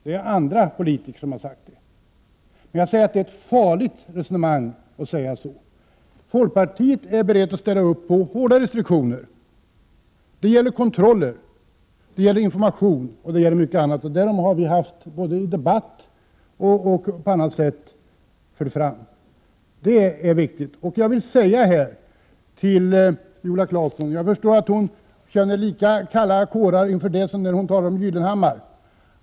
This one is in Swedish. Det är andra politiker som sagt det. Men jag menar att det är farligt att resonera så. Folkpartiet är berett att ställa upp på hårda restriktioner. Det gäller kontroller, information och mycket annat. Och det har vi både i debatt och på annat sätt fört fram. Det är viktigt. Jag förstår att Viola Claesson känner lika kalla kårar när hon talar om USA som när hon talar om Gyllenhammar.